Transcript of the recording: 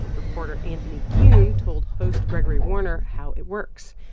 reporter anthony kuhn told host gregory warner how it works.